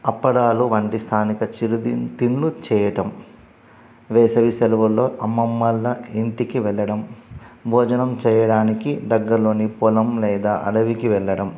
అప్పడాలు వంటి స్థానిక చిరు తిండ్లు చేయటం వేసవి సెలవుల్లో అమ్మమ్మవాళ్ళ ఇంటికి వెళ్ళడం భోజనం చేయడానికి దగ్గరలోని పొలం లేదా అడవికి వెళ్ళడం